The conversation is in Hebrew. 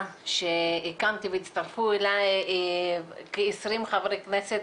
שהקמתי והצטרפו אליי כ-20 חברי כנסת,